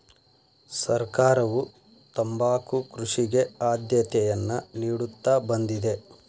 ಸರ್ಕಾರವು ತಂಬಾಕು ಕೃಷಿಗೆ ಆದ್ಯತೆಯನ್ನಾ ನಿಡುತ್ತಾ ಬಂದಿದೆ